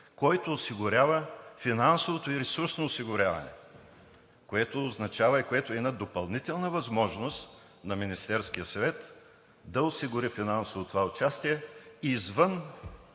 който осигурява финансовото и ресурсно осигуряване, което означава и е една допълнителна възможност на Министерския съвет да осигури финансово това участие извън